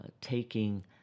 taking